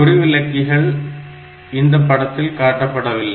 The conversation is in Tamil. குறிவிலக்கிகள் இந்த படத்தில் காட்டப்படவில்லை